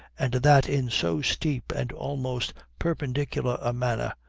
and that in so steep and almost perpendicular a manner,